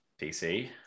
DC